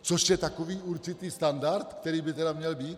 Což je takový určitý standard, který by měl být.